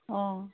অঁ